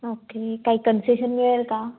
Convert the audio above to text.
okay काही concession मिळेल का